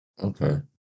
okay